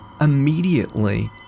Immediately